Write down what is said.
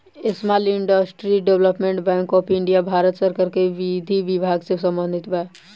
small industries development bank of India Bharat सरकार के विधि विभाग से संबंधित बा